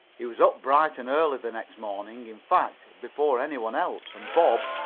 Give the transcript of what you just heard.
he was up bright and early the next morning in fact, before any one else, and bob,